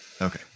okay